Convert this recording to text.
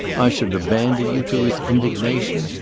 i should abandon you to his indignation.